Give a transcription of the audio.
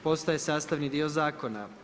Postaje sastavni dio zakona.